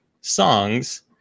songs